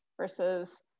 versus